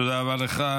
תודה רבה לך.